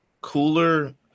Cooler